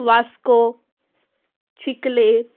Vasco Chicalim